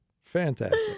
Fantastic